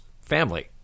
Family